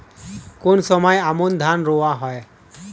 কোন সময় আমন ধান রোয়া হয়?